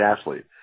athlete